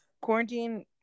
quarantine